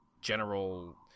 general